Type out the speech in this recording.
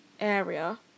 area